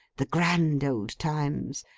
the grand old times,